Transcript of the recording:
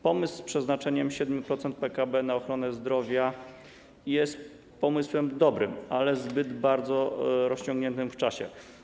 Pomysł dotyczący przeznaczenia 7% PKB na ochronę zdrowia jest pomysłem dobrym, ale za bardzo rozciągniętym w czasie.